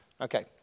Okay